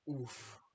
oof